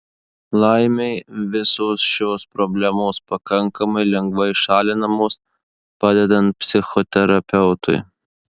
laimei visos šios problemos pakankamai lengvai šalinamos padedant psichoterapeutui